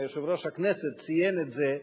יושב-ראש הכנסת ציין את זה: